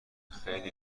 خیلی